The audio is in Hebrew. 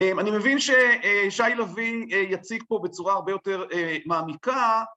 אני מבין ששי לבין יציג פה בצורה הרבה יותר מעמיקה